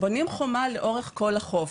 בונים חומה לאורך כל החוף.